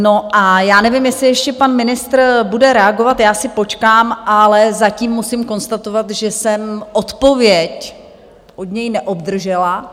No a já nevím, jestli ještě pan ministr bude reagovat, já si počkám, ale zatím musím konstatovat, že jsem odpověď od něj neobdržela.